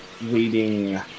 leading